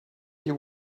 you